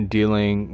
dealing